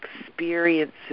experiences